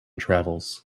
travels